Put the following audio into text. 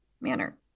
manner